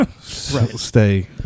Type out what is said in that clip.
stay